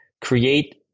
create